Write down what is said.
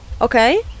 okay